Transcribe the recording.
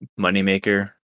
moneymaker